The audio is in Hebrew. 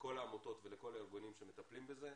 לכל העמותות ולכל הארגונים שמטפלים בזה.